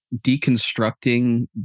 deconstructing